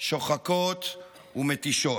שוחקות ומתישות.